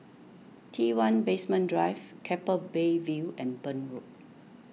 T one Basement Drive Keppel Bay View and Burn Road